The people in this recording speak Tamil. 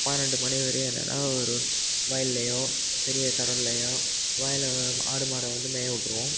பன்னெண்டு மணி வரையும் இல்லைனால் ஒரு வயல்லேயோ பெரிய திடல்லையோ வயலில் ஆடு மாடை வந்து மேய விட்ருவோம்